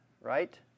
right